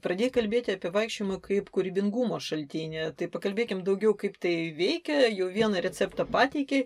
pradėjai kalbėti apie vaikščiojimą kaip kūrybingumo šaltinį tai pakalbėkim daugiau kaip tai veikia jau vieną receptą pateikei